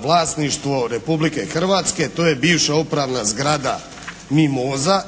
vlasništvo Republike Hrvatske. To je bivša upravna zgrada «Mimoza»